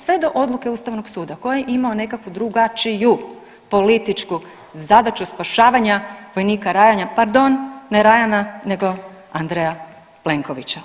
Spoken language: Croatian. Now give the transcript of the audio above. Sve do odluke Ustavnog suda koji je imamo nekakvu drugačiju političku zadaću spašavanja vojnika Ryana, pardon ne Ryana nego Andreja Plenkovića.